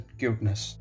cuteness